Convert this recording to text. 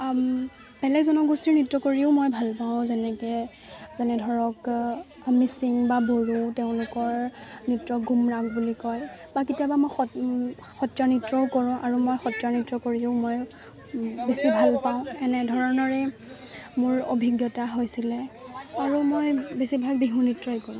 বেলেগ জনগোষ্ঠীৰ নৃত্য কৰিও মই ভাল পাওঁ যেনেকৈ মানে ধৰক মিচিং বা বড়ো তেওঁলোকৰ নৃত্য গুমৰাগ বুলি কয় বা কেতিয়াবা মই সত্ৰীয়া নৃত্যও কৰোঁ আৰু মই সত্ৰীয়া নৃত্য কৰিও মই বেছি ভালপাওঁ এনেধৰণেৰে মোৰ অভিজ্ঞতা হৈছিলে আৰু মই বেছিভাগ বিহু নৃত্যই কৰোঁ